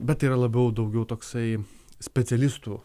bet tai yra labiau daugiau toksai specialistų